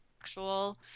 actual